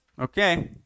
Okay